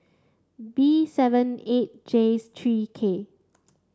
B seven eight J three K